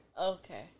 Okay